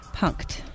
Punked